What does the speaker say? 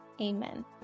Amen